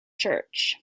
church